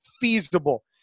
feasible